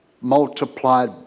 Multiplied